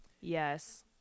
Yes